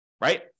Right